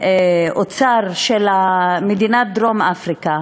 האוצר של מדינת דרום-אפריקה.